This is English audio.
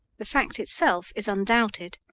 the fact itself is undoubted,